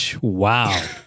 Wow